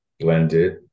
blended